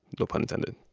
no pun intended